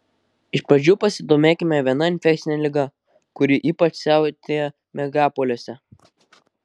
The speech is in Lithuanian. iš pradžių pasidomėkime viena infekcine liga kuri ypač siautėja megapoliuose